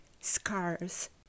Scars